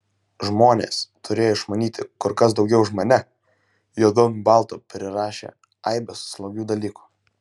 žmonės turėję išmanyti kur kas daugiau už mane juodu ant balto prirašė aibes slogių dalykų